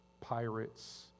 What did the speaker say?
pirates